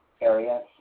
area